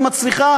היא מצריכה